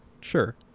sure